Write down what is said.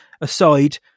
aside